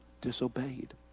disobeyed